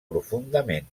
profundament